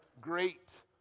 great